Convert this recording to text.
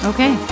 Okay